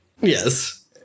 yes